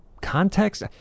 context